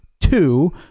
two